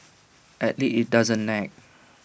at least IT doesn't nag